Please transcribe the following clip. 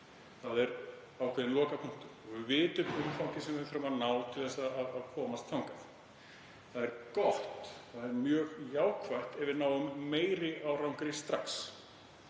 Það er ákveðinn lokapunktur og við vitum umfangið, vitum hverju við þurfum að ná til að komast þangað. Það er gott og það er mjög jákvætt ef við náum meiri árangri strax.